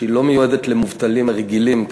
שלא מיועדת למובטלים הרגילים,